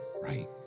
right